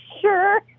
sure